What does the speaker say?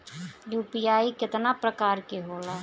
UPI केतना प्रकार के होला?